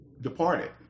departed